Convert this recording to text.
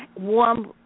warm